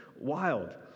wild